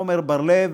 עמר בר-לב,